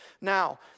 Now